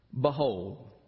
Behold